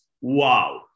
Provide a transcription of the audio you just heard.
wow